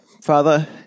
Father